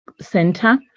Center